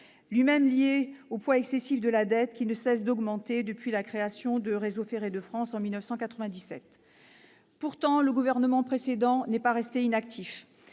lui-même lié au poids excessif de la dette qui ne cesse d'augmenter depuis la création de Réseau ferré de France en 1997. Pourtant, le gouvernement précédent n'est pas resté inactif.